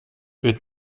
wird